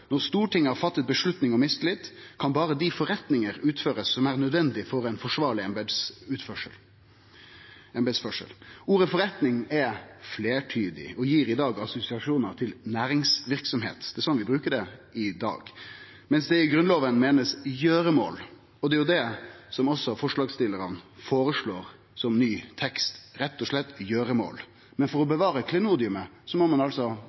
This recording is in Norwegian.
Stortinget har fattet beslutning om mistillit, kan bare de forretninger utføres som er nødvendige for en forsvarlig embetsførsel.» Ordet «forretning» er fleirtydig og gir i dag assosiasjonar til næringsverksemd – det er slik vi bruker det i dag – medan ein i Grunnlova meiner «gjøremål». Det er også det som forslagsstillarane føreslår som ny tekst – rett og slett «gjøremål». Men for å bevare klenodiet må ein altså